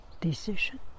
decision